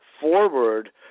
forward